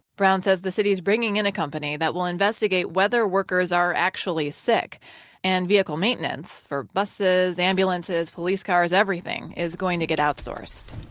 brown says the city is hiring and a company that will investigate whether workers are actually sick and vehicle maintenance for buses, ambulances, police cars, everything is going to get outsourced